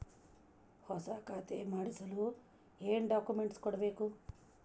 ಹೊಸ ಖಾತೆ ಮಾಡಿಸಲು ಏನು ಡಾಕುಮೆಂಟ್ಸ್ ಕೊಡಬೇಕು?